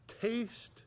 taste